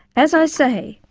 as i say,